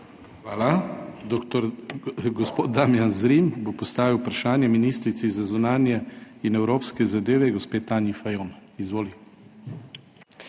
Hvala. Gospod Damijan Zrim bo postavil vprašanje ministrici za zunanje in evropske zadeve gospe Tanji Fajon. Izvoli.